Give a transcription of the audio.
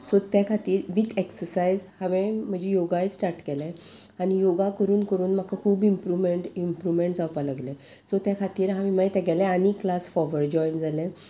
so तें खातीर with exercise हांवें म्हजी योगाय स्टार्ट केलें आनी योगा करून करून म्हाका खूब इमप्रूवमेंट इम्प्रुवमेंट जावपाक लागलें सो त्या खातीर हांवें मागीर तेगेलें आनी क्लास फॉरवर्ड जॉयन जालें